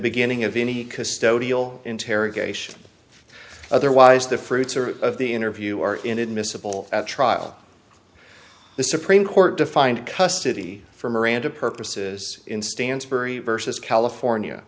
beginning of any custodial interrogation otherwise the fruits are of the interview are in admissible at trial the supreme court defined custody for miranda purposes in stansbury versus california